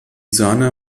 sahne